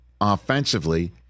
offensively